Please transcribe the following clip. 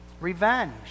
Revenge